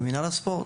במינהל הספורט.